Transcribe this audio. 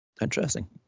Interesting